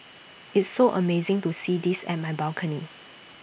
it's so amazing to see this at my balcony